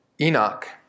Enoch